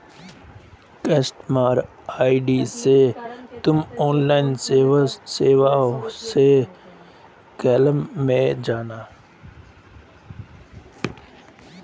customer ID से तुम online service column में जाना